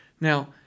Now